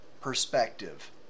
Perspective